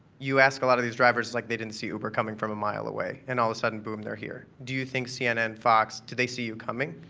you ask a lot of these drivers, like they didn't see uber coming from a mile away. and all of a sudden, boom, they're here. do you think cnn, fox, do they see you coming?